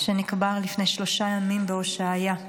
שנקבר לפני שלושה ימים בהושעיה,